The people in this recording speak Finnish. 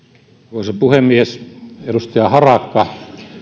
arvoisa puhemies edustaja harakka